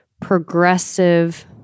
progressive